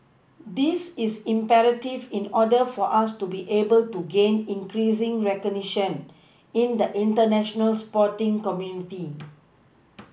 this is imperative in order for us to be able to gain increasing recognition in the international sporting community